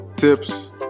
tips